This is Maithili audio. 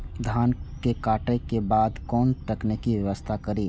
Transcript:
धान के काटे के बाद कोन तकनीकी व्यवस्था करी?